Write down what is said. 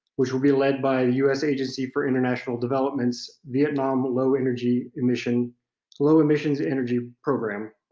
which will be led by us agencies for international development's vietnam low energy emission low emissions energy program,